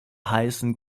heißen